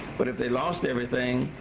but if they lost everything